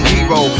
Hero